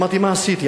אמרתי: מה עשיתי?